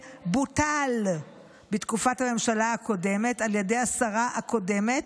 בוטל בתקופת הממשלה הקודמת על ידי השרה הקודמת,